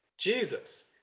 Jesus